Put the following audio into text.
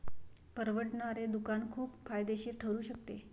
परवडणारे दुकान खूप फायदेशीर ठरू शकते